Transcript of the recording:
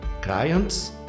clients